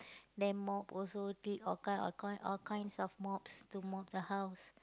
then mop also all kinds all kinds all kinds of mops to mop the house